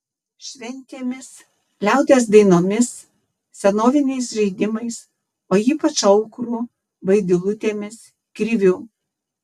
šventėmis liaudies dainomis senoviniais žaidimais o ypač aukuru vaidilutėmis kriviu